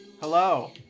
Hello